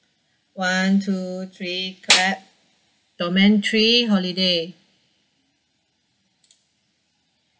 one two three clap domain three holiday